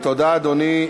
תודה, אדוני.